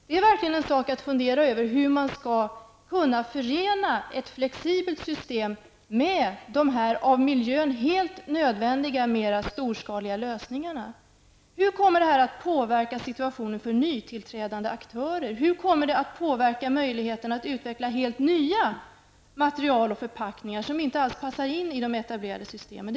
Det är verkligen något att fundera över hur man skall kunna förena ett flexibelt system med de för miljön helt nödvändiga mera storskaliga lösningarna. Hur kommer detta att påverka situationen för nytillträdande aktörer? Hur kommer det att påverka möjligheterna att utveckla helt nya material och förpackningar, som inte alls passar in i de etablerade systemen?